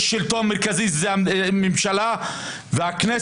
יש שלטון מרכזי שזאת הממשלה והכנסת